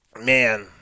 man